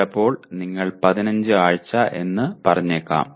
ചിലപ്പോൾ നിങ്ങൾ 15 ആഴ്ച എന്ന് പറഞ്ഞേക്കാം